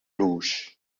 rouge